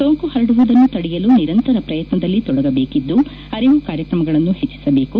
ಸೋಂಕು ಪರಡುವುದನ್ನು ತಡೆಯಲು ನಿರಂತರ ಪ್ರಯತ್ನದಲ್ಲಿ ತೊಡಗಬೇಕಿದ್ದು ಅರಿವು ಕಾರ್ಯಕ್ರಮಗಳನ್ನು ಹೆಚ್ಚಿಸಬೇಕು